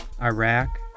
Iraq